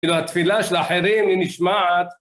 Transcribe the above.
כאילו התפילה של אחרים היא נשמעת.